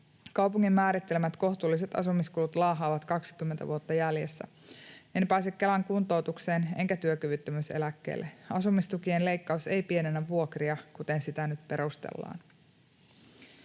Kaupungin määrittelemät kohtuulliset asumiskulut laahaavat 20 vuotta jäljessä. En pääse Kelan kuntoutukseen enkä työkyvyttömyyseläkkeelle. Asumistukien leikkaus ei pienennä vuokria, kuten sitä nyt perustellaan.”